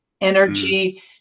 energy